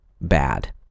bad